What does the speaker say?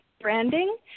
branding